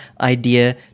idea